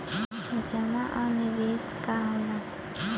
जमा और निवेश का होला?